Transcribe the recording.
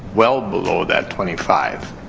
well below that twenty five.